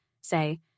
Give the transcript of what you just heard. say